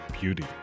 beauty